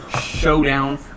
Showdown